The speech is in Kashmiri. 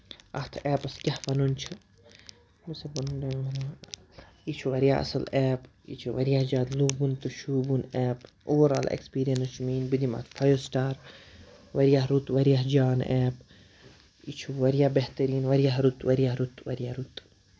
اَتھ ایٚپَس کیٛاہ وَنُن چھُ یہِ چھُ واریاہ اَصٕل ایٚپ یہِ چھُ واریاہ زیادٕ لوٗبوُن تہٕ شوٗبوُن ایٚپ اوٚور آل ایٚکٔسپیٖرینَس چھِ میٛٲنۍ بہٕ دِمہٕ اَتھ فایِو سِٹار واریاہ رُت واریاہ جان ایٚپ یہِ چھُ واریاہ بہتریٖن واریاہ رُت واریاہ رُت